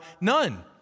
none